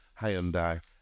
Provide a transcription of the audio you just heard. Hyundai